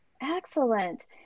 Excellent